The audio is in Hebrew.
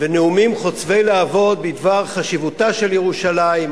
והנאומים חוצבי הלהבות בדבר חשיבותה של ירושלים,